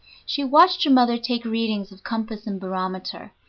she watched her mother take readings of compass and barometer,